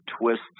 twists